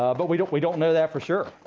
um but we don't we don't know that for sure.